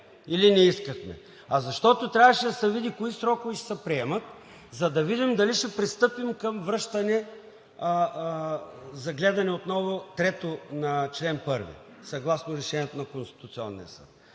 или не искахме, а защото трябваше да се види кои срокове ще се приемат, за да видим дали ще пристъпим към връщане и трето гледане отново на чл. 1, съгласно Решението на Конституционния съд.